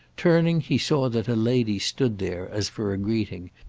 turning, he saw that a lady stood there as for a greeting,